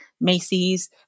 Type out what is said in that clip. Macy's